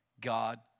God